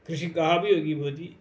कृषिकः अपि योगी भवति